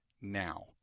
now